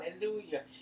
hallelujah